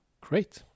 Great